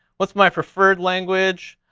what's my preferred language?